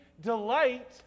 delight